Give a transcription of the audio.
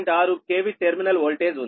6 KV terminal voltage ఉంది